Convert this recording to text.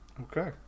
Okay